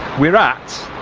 we're at.